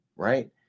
Right